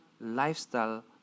lifestyle